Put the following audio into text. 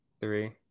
three